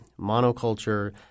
monoculture